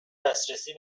دسترسی